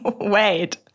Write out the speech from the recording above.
Wait